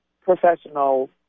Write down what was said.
professional